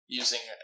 using